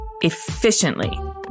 efficiently